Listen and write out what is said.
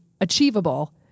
achievable